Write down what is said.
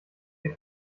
der